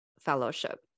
fellowship